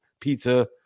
pizza